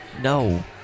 No